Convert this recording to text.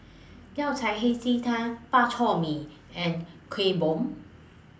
Yao Cai Hei Ji Tang Bak Chor Mee and Kuih Bom